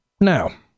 Now